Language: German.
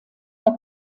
der